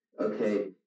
okay